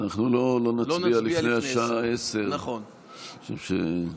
אנחנו לא נצביע לפני השעה 10:00. זה הכי פשוט.